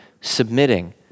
submitting